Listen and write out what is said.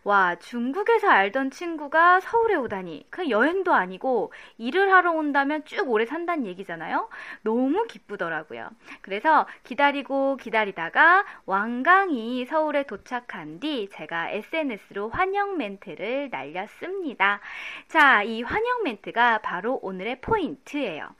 와, 중국에서 알던 친구가 서울에 오다니. 그냥 여행도 아니고 일을 하러 온다면 쭉 오래 산단 얘기잖아요? 너무 기쁘더라고요. 그래서 기다리고 기다리다가 왕강이 서울에 도착한 뒤 제가 SNS로 환영 멘트를 날렸습니다. 자, 이 환영 멘트가 바로 오늘의 포인트예요.